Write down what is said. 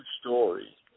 story